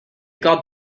got